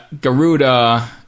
Garuda